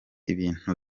ibintu